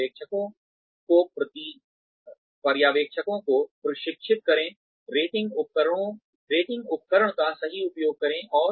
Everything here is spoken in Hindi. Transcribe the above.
पर्यवेक्षकों को प्रशिक्षित करें रेटिंग उपकरण का सही उपयोग करें